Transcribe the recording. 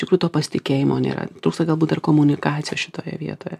iš tikrųjų to pasitikėjimo nėra trūksta galbūt ir komunikacijos šitoje vietoje